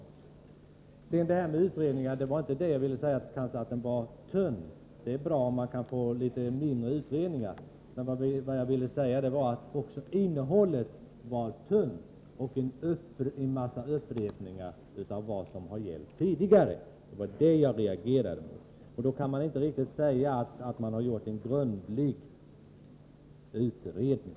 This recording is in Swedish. Angående frågan om utredningens storlek ville jag inte säga att den var tunn — det är bra om man kan få mindre utredningar. Jag ville säga att också innehållet är tunt, och att den innehåller en massa upprepningar av vad som har gällt tidigare. Jag reagerade mot detta. Då kan man inte säga att man har gjort en grundlig utredning.